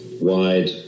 wide